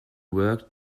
work